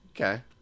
Okay